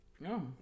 no